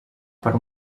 per